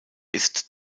ist